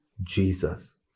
Jesus